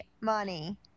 money